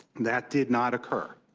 that did not occur.